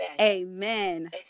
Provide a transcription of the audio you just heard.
amen